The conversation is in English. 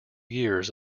years